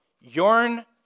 yearn